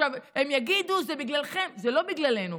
הם יגידו: זה בגללכם, זה לא בגללנו.